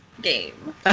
game